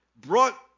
brought